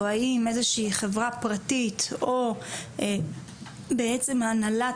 או האם איזו שהיא חברה פרטית או בעצם הנהלת